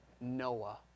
Noah